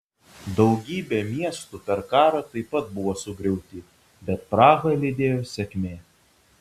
daugybė miestų per karą taip pat buvo sugriauti bet prahą lydėjo sėkmė